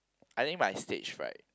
I think I have stage fright